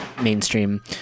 mainstream